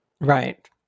Right